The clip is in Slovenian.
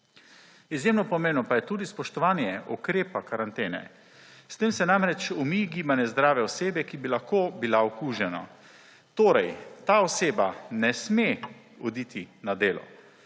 Izjemno pomembno pa je tudi spoštovanje ukrepa karantene. S tem se namreč / nerazumljivo/ ne zdrave osebe, ki bi lahko bila okužena. Torej, ta oseba ne sme oditi na delo.